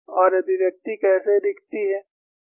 और अभिव्यक्ति कैसे दिखती है